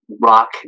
rock